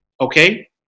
Okay